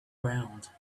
round